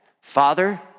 Father